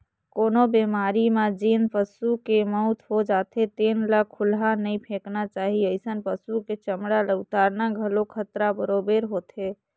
कोनो बेमारी म जेन पसू के मउत हो जाथे तेन ल खुल्ला नइ फेकना चाही, अइसन पसु के चमड़ा ल उतारना घलो खतरा बरोबेर होथे